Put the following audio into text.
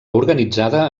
organitzada